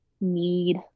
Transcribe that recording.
need